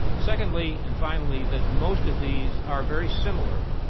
secondly and finally that most of these are very similar,